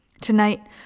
Tonight